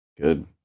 Good